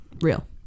Real